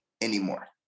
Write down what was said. anymore